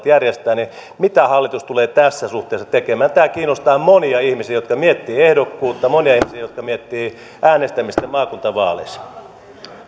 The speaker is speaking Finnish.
järjestää nyt kysymykseni kuuluukin mitä hallitus tulee tässä suhteessa tekemään tämä kiinnostaa monia ihmisiä jotka miettivät ehdokkuutta monia ihmisiä jotka miettivät äänestämistä maakuntavaaleissa